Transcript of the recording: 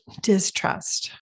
distrust